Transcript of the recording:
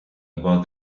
about